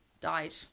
died